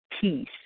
peace